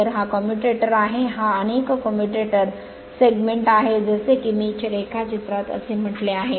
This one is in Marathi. तर हा कम्युटेटर आहे हा अनेक कम्युटेटर सेगमेंट आहे जसे की मी रेखाचित्रात असे म्हटले आहे